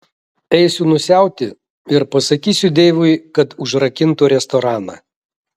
eisiu nusiauti ir pasakysiu deivui kad užrakintų restoraną